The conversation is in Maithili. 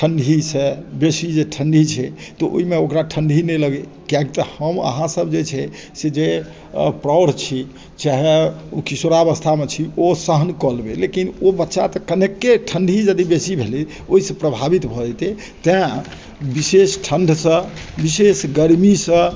ठण्ढीसँ बेसी जे ठण्ढी छै तऽ ओहिमे ओकरा ठण्ढी नहि लगै कियाक तऽ हम अहाँसभ जे छै से जे प्रौढ़ छी चाहे किशोरवस्थामे छी ओ सहन कऽ लेबै लेकिन ओ बच्चा तऽ कनेके ठण्ढी यदि बेसी भेलै ओहिसँ प्रभावित भऽ जेतै तैँ विशेष ठण्डसँ विशेष गर्मीसँ